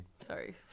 Sorry